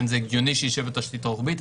הגיוני שהוא יישב על התשתית הרוחבית,